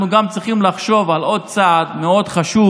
אנחנו גם צריכים לחשוב על עוד צעד מאוד חשוב